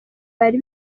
bari